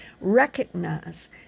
recognize